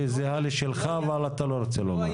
היא זהה לעמדה שלך אבל אתה לא רוצה לומר.